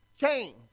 change